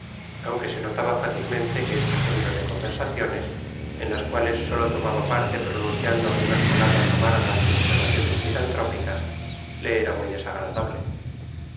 aunque se notaba fácilmente que este género de conversaciones en las cuales solo tomaba parte pronunciando algunas palabras amargas y observaciones misantrópicas le era muy desagradable